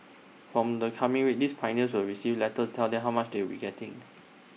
from the coming week these pioneers will receive letters tell them how much they will be getting